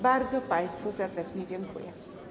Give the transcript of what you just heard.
Bardzo państwu serdecznie dziękuję.